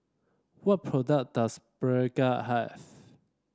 what product does Pregain have